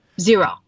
Zero